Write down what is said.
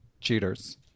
cheaters